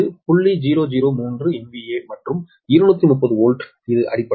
003 MVA மற்றும் 230 volt இது அடிப்படை